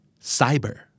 Cyber